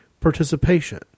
participation